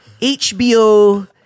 HBO